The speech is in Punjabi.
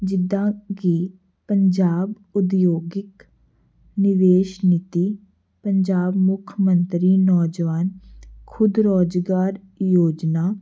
ਜਿੱਦਾਂ ਕਿ ਪੰਜਾਬ ਉਦਯੋਗਿਕ ਨਿਵੇਸ਼ ਨੀਤੀ ਪੰਜਾਬ ਮੁੱਖ ਮੰਤਰੀ ਨੌਜਵਾਨ ਖੁਦ ਰੁਜ਼ਗਾਰ ਯੋਜਨਾ